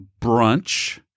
brunch